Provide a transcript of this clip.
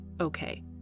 Okay